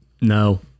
No